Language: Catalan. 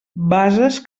bases